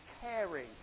caring